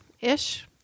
ish